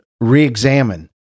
re-examine